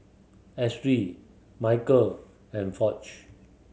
Ashly Micheal and Foch